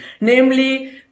namely